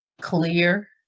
clear